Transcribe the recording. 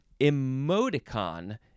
Emoticon